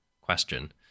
question